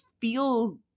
feel